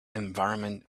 environment